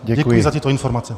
Děkuji za tyto informace.